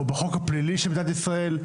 או בחוק הפלילי של מדינת ישראל.